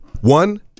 one